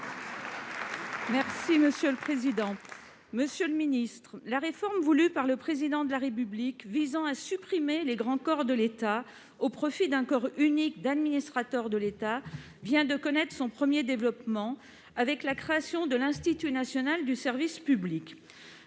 de l'Europe et des affaires étrangères, la réforme voulue par le Président de la République et visant à supprimer les grands corps de l'État au profit d'un corps unique d'administrateurs de l'État vient de connaître son premier développement avec la création de l'Institut national du service public.